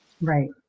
right